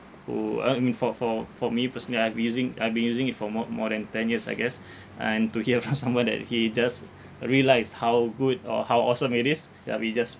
who I I mean for for for me personally I've using I've been using it for more more than ten years I guess and to hear from someone that he just realised how good or how awesome it is ya we just